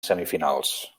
semifinals